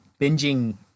binging